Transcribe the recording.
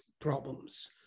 problems